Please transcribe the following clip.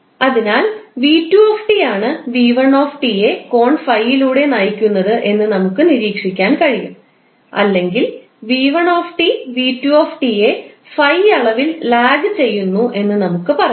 അതിനാൽ 𝑣2 𝑡 ആണ് 𝑣1 𝑡 യെ കോൺ ∅ ലൂടെ നയിക്കുന്നത് എന്ന് നമുക്ക് നിരീക്ഷിക്കാൻ കഴിയും അല്ലെങ്കിൽ 𝑣1𝑡 𝑣2 𝑡 യെ ∅ അളവിൽ ലാഗ് ചെയ്യുന്നു എന്ന് നമുക്ക് പറയാം